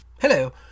Hello